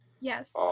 Yes